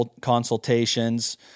consultations